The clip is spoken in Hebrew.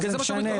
מה זה משנה?